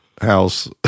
house